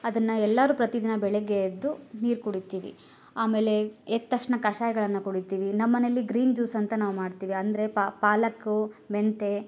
ಅದನ್ನ ಎಲ್ಲಾರು ಪ್ರತಿದಿನ ಬೆಳಗ್ಗೆ ಎದ್ದು ನೀರು ಕುಡಿತೀವಿ ಆಮೇಲೆ ಎದ್ದ ತಕ್ಷಣ ಕಷಾಯಗಳನ್ನ ಕುಡಿತೀವಿ ನಮ್ಮನೆಯಲ್ಲಿ ಗ್ರೀನ್ ಜ್ಯೂಸ್ ಅಂತ ನಾವು ಮಾಡ್ತೀವಿ ಅಂದರೆ ಪಾಲಕ್ಕು ಮೆಂತ್ಯ